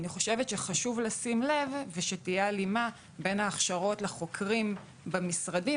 אני חושבת שחשוב לשים לב שתהיה הלימה בין ההכשרות לחוקרים במשרדים,